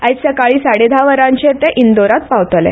आज सकाळीं साडे धा वरांचेर ते इंदोरांत पावतले